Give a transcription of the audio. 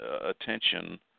attention